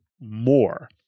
more